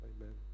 Amen